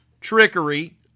Trickery